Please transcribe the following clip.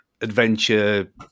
adventure